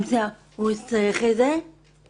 הוא צריך את זה בחיים שלו.